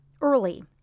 early